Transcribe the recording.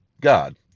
God